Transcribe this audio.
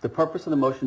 the purpose of the motion to